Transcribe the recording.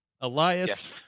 Elias